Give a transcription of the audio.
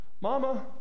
Mama